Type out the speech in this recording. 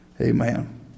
Amen